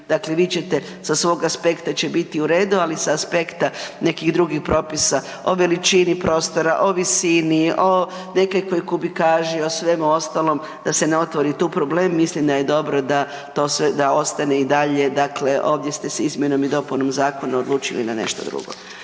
dakle vi ćete sa svog aspekta će biti u redu, ali s aspekta nekih drugih propisa o veličini prostora, o visini o nekakvoj kubikaži o svemu ostalom da se ne otvori tu problem mislim da je dobro da to sve, da ostane i dalje dakle ovdje ste se s izmjenom i dopunom zakona odlučili na nešto drugo.